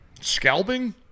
Scalping